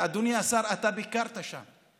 אדוני השר, אתה ביקרת שם,